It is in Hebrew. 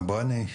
ויסאם נבואני,